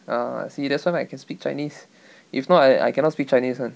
err see that's why I can speak chinese if not I I cannot speak chinese [one]